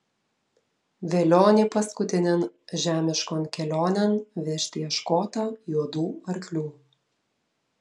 velionį paskutinėn žemiškon kelionėn vežti ieškota juodų arklių